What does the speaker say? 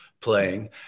playing